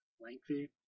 lengthy